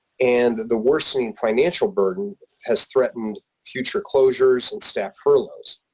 and the worsening financial burden has threatened future closures and staff furloughs.